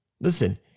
listen